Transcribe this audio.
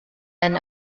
and